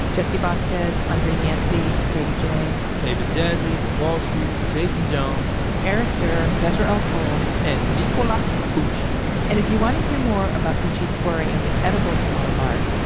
jesse vasquez, andres yancey, lady jae david jassy, wall street, jason jones eric durr, mesro el cole and nicola bucci and, if you want to hear more about bucci's foray into edible granola bars,